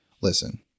Listen